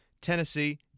Tennessee